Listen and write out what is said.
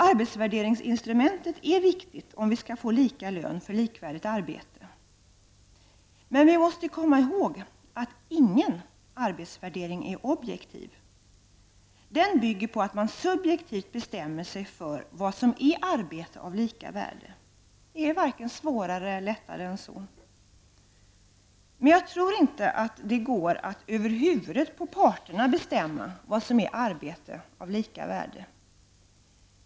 Arbetsvärderingsinstrumentet är viktigt när det gäller att åstadkomma lika lön för likvärdigt arbete. Men vi måste komma ihåg att ingen arbetsvärdering är objektiv. En arbetsvärdering bygger på att man subjektivt bestämmer sig för vad som är arbete av lika värde -- det är varken svårare eller lättare än så. Men jag tror inte att det går att över parternas huvuden bestämma vad som är arbete av lika värde.